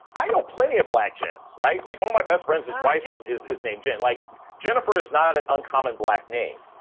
i know plenty of black gents. right. like one of my best friends, his wife is is named jen. like jennifer is not an uncommon black name.